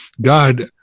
God